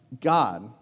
God